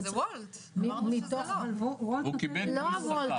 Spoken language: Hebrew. זה וולט, אמרנו שזה לא --- לא וולט.